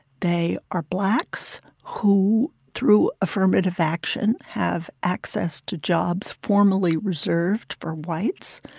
they are blacks who through affirmative action have access to jobs formerly reserved for whites.